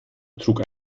trug